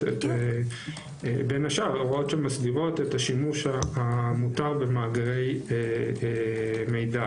בין השאר את השימוש המותר במאגרי מידע,